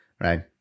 right